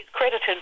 Credited